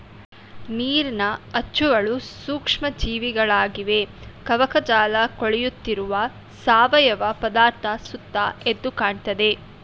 ನೀರಿನ ಅಚ್ಚುಗಳು ಸೂಕ್ಷ್ಮ ಜೀವಿಗಳಾಗಿವೆ ಕವಕಜಾಲಕೊಳೆಯುತ್ತಿರುವ ಸಾವಯವ ಪದಾರ್ಥ ಸುತ್ತ ಎದ್ದುಕಾಣ್ತದೆ